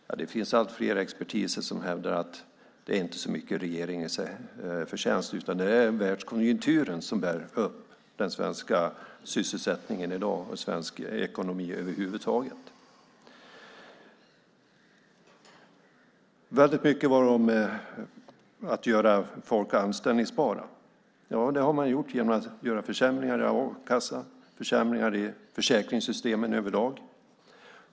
Ja, allt fler experter hävdar att det inte så mycket är regeringens förtjänst, utan det är världskonjunkturen som bär upp den svenska sysselsättningen i dag och svensk ekonomi över huvud taget. Det handlade väldigt mycket om att göra folk anställningsbara. Ja, det har man ju gjort genom att göra försämringar i a-kassan och försämringar i försäkringssystemen överlag.